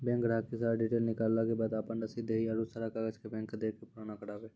Bank ग्राहक के सारा डीटेल निकालैला के बाद आपन रसीद देहि और सारा कागज बैंक के दे के पुराना करावे?